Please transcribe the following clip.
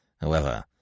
However—